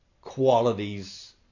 qualities